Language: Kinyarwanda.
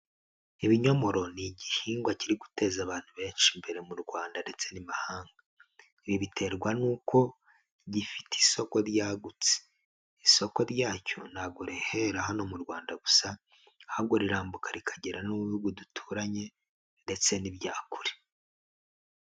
Ibinyomoro ni igihingwa kiri guteza abantu benshi imbere mu Rwanda ndetse n'imahanga, ibi biterwa n'uko gifite isoko ryagutse, isoko ryacyo nabwo riherera hano mu Rwanda gusa, ahubwo rirambuka rikagera no mu bihugu duturanye ndetse n'ibya kure.